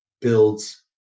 builds